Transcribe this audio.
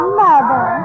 mother